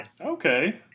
Okay